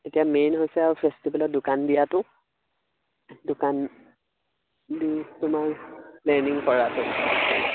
এতিয়া মেইন হৈছে আৰু ফেষ্টিভেলৰ দোকান দিয়াতটো দোকান দি তোমাৰ প্লেনিং কৰাটো